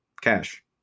cash